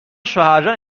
شوهرجان